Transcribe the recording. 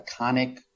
iconic